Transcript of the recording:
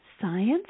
Science